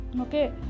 okay